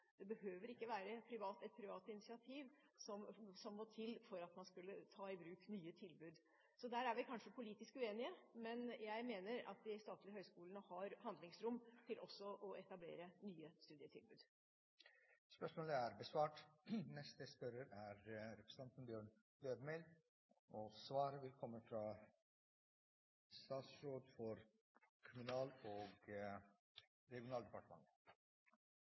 Det behøver ikke være et privat initiativ som må til for at man skal ta i bruk nye tilbud. Så der er vi kanskje politisk uenige, men jeg mener at de statlige høyskolene har handlingsrom til også å etablere nye studietilbud. Eg har følgjande spørsmål til kommunal- og regionalministeren: «Det kommunale sjølvstyret er ein viktig del av lokaldemokratiet. Det gjeld t.d. prioritering av inntekter og